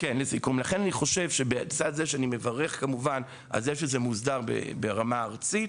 לצד זה שאני מברך על כך שזה מוסדר ברמה ארצית,